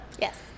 Yes